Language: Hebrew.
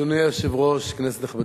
אדוני היושב-ראש, כנסת נכבדה,